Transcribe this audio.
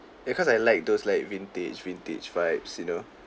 because I like those like vintage vintage vibes you know